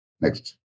Next